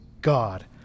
God